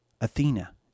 Athena